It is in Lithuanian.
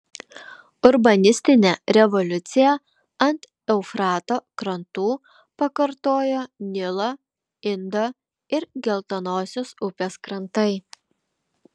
urbanistinę revoliuciją ant eufrato krantų pakartojo nilo indo ir geltonosios upės krantai